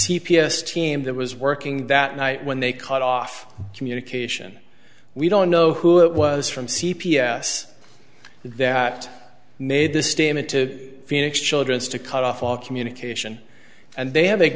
c p s team that was working that night when they cut off communication we don't know who it was from c p s that made this statement to phoenix children's to cut off all communication and they have